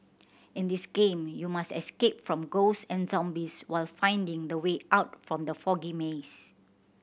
in this game you must escape from ghost and zombies while finding the way out from the foggy maze